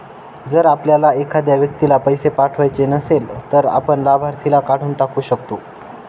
जर आपल्याला एखाद्या व्यक्तीला पैसे पाठवायचे नसेल, तर आपण लाभार्थीला काढून टाकू शकतो